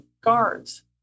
guards